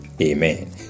Amen